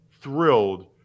thrilled